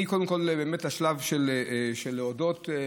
אני בשלב של להודות.